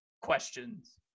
questions